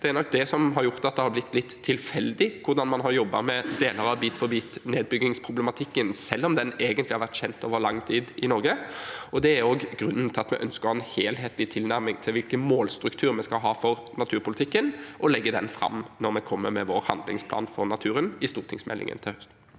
Det er nok det som har gjort at det har blitt litt tilfeldig hvordan man har jobbet med deler av bit-for-bit-nedbyggingsproblematikken, selv om den egentlig har vært kjent i Norge over lang tid. Det er også grunnen til at vi ønsker å ha en helhetlig tilnærming til hvilken målstruktur vi skal ha for naturpolitikken, og legger den fram når vi kommer med vår handlingsplan for naturen i stortingsmeldingen til høsten.